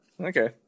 Okay